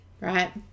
right